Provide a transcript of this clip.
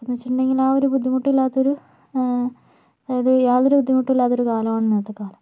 എന്ന് വെച്ചിട്ടുണ്ടെങ്കിൽ ആ ഒരു ബുദ്ധിമുട്ടില്ലാത്തൊരു അതായത് യാതൊരു ബുദ്ധിമുട്ടില്ലാത്തൊരു കാലമാണ് ഇന്നത്തെ കാലം